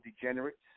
degenerates